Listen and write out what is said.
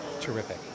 Terrific